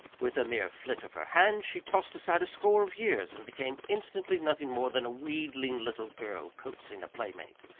with a mere flit of her hand she tossed aside a score of years, and became instantly nothing more than a wheedling little girl coaxing a playmate.